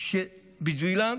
בשבילם